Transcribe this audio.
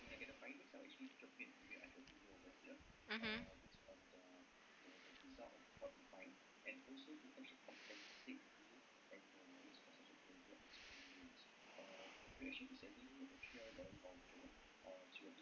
mmhmm